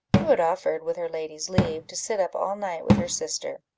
who had offered, with her lady's leave, to sit up all night with her sister.